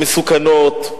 המסוכנות,